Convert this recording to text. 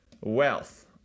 wealth